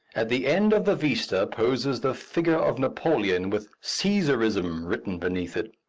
at the end of the vista poses the figure of napoleon with caesarism written beneath it.